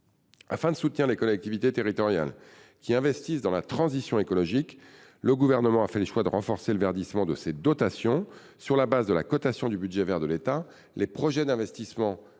Afin de soutenir les collectivités territoriales qui investissent dans la transition écologique, le Gouvernement a fait le choix de renforcer le verdissement de ces dotations sur la base de la cotation du budget vert de l’État. Les projets d’investissement